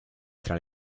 tra